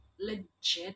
legit